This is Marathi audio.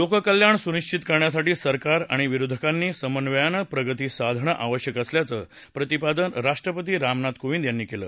लोककल्याण सुनिबित करण्यासाठी सरकार आणि विरोधकांनी समन्वयानं प्रगती साधणं आवश्यक असल्याचं प्रतिपादन राष्ट्रपती रामनाथ कोविंद यांनी केलं